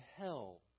hell